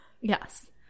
yes